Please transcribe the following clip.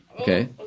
Okay